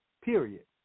period